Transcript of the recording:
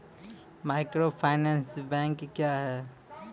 Microfinance bank क्या हैं?